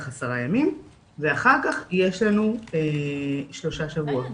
עשרה ימים ואחר כך יש לנו שלושה שבועות.